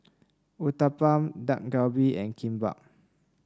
Uthapam Dak Galbi and Kimbap